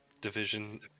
Division